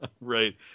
right